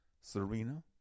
Serena